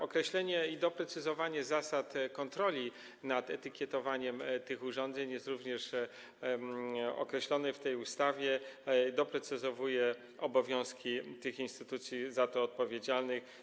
Określenie i doprecyzowanie zasad kontroli nad etykietowaniem tych urządzeń jest również zawarte w tej ustawie, doprecyzowuje ona obowiązki instytucji za to odpowiedzialnych.